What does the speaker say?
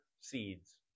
seeds